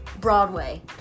Broadway